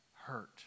hurt